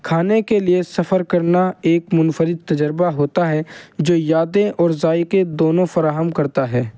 کھانے کے لیے سفر کرنا ایک منفرد تجربہ ہوتا ہے جو یادیں اور ذائقے دونوں فراہم کرتا ہے